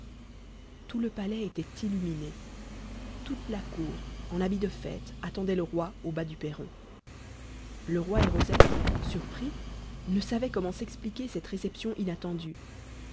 tout le palais était illuminé toute la cour en habits de fête attendait le roi au bas du perron le roi et rosette surpris ne savaient comment s'expliquer cette réception inattendue